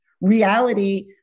reality